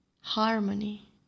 Harmony